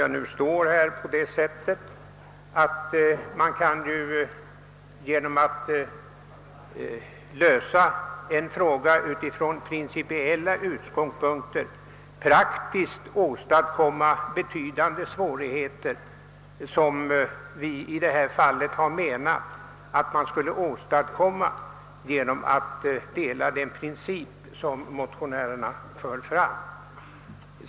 Jag kan svara att man genom att praktiskt lösa en fråga från principiella utgångspunkter kan förorsaka betydande svårigheter, och utskottsmajoriteten har ansett att sådana svårigheter skulle åstadkommas i detta fall om man följer den princip som motionärerna talar för.